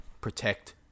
Protect